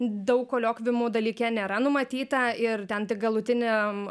daug koliokviumų dalyke nėra numatyta ir ten tik galutiniam